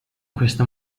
questo